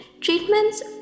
Treatments